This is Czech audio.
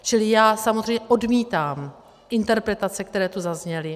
Čili já samozřejmě odmítám interpretace, které tu zazněly.